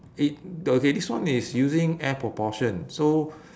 it okay this one is using air propulsion so